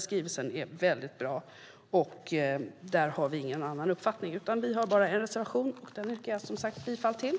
Skrivelsen är därför mycket bra. Där har vi ingen annan uppfattning. Vi har bara en reservation som jag, som sagt, yrkar bifall till.